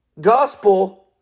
gospel